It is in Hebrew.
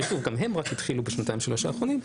שגם הם התחילו רק בשנתיים-השלוש האחרונות,